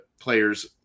players